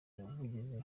ubuvuzi